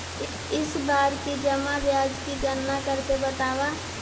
इस बार की जमा ब्याज की गणना करके बतावा